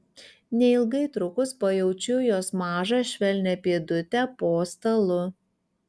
neilgai trukus pajaučiu jos mažą švelnią pėdutę po stalu